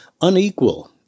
unequal